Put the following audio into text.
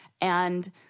And-